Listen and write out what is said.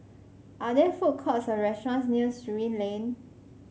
are there food courts or restaurants near Surin Lane